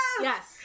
Yes